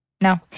No